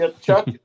Chuck